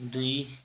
दुई